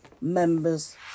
members